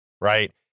right